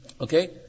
Okay